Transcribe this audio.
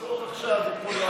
עזוב עכשיו את כולם,